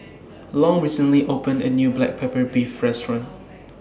Long recently opened A New Black Pepper Beef Restaurant